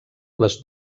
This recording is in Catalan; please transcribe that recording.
les